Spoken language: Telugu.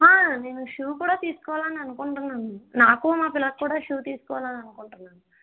నేను షూ కూడా తీసుకోవాలని అనుకుంటున్నాను నాకు మా పిల్లకు కూడా షూ తీసుకోవాలని అనుకుంటున్నాను